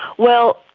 well,